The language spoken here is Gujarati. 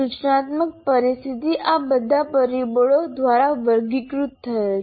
સૂચનાત્મક પરિસ્થિતિ આ બધા પરિબળો દ્વારા વર્ગીકૃત થયેલ છે